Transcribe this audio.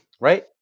Right